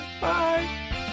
Bye